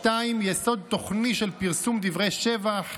(2) יסוד תוכני של פרסום דברי שבח,